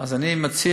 אז אני מציע,